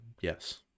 Yes